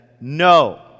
no